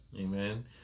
Amen